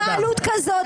--- התנהלות כזאת.